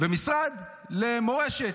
במשרד למורשת.